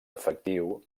efectiu